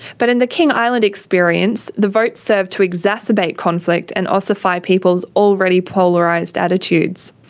but in the king island experience the vote served to exacerbate conflict, and ossify people's already polarised attitudes.